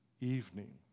evening